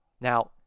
Now